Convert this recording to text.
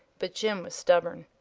but jim was stubborn.